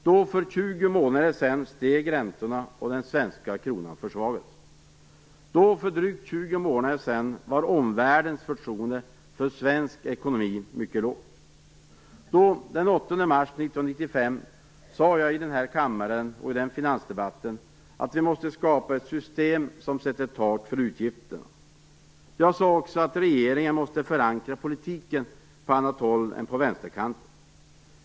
Då, för drygt 20 månader sedan, steg räntorna och den svenska kronan försvagades. Då, för drygt 20 månader sedan, var omvärldens förtroende för svensk ekonomi mycket lågt. Då, den 8 mars 1995, sade jag här i kammaren i finansdebatten att vi måste skapa ett system som sätter tak för utgifterna. Jag sade också att regeringen måste förankra politiken på annat håll än på vänsterkanten.